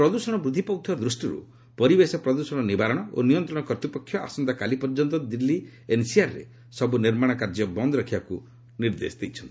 ପ୍ରଦୃଷଣ ବୃଦ୍ଧି ପାଉଥିବା ଦୃଷ୍ଟିରୁ ପରିବେଶ ପ୍ରଦୃଷ୍ଣ ନିବାରଣ ଓ ନିୟନ୍ତ୍ରଣ କର୍ତ୍ତ୍ୱପକ୍ଷ ଆସନ୍ତାକାଲି ପର୍ଯ୍ୟନ୍ତ ଦିଲ୍ଲୀ ଓ ଏନ୍ସିଆର୍ରେ ସବୁ ନିର୍ମାଣ କାର୍ଯ୍ୟ ବନ୍ଦ ରଖିବାକୁ ନିର୍ଦ୍ଦେଶ ଦେଇଛି